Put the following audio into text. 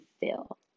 fill